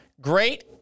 Great